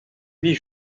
huit